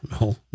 no